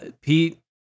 Pete